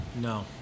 No